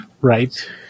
Right